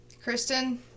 Kristen